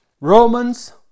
Romans